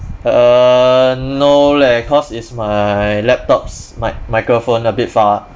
err no leh cause it's my laptop's mic~ microphone a bit far